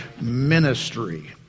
ministry